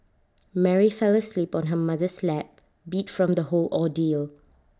Mary fell asleep on her mother's lap beat from the whole ordeal